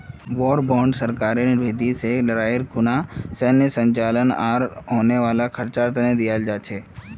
war bond सरकारेर भीति से लडाईर खुना सैनेय संचालन आर होने वाला खर्चा तने दियाल जा छे